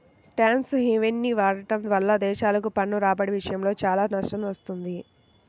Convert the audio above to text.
tax హెవెన్ని వాడటం వల్ల దేశాలకు పన్ను రాబడి విషయంలో చాలా నష్టం వస్తుంది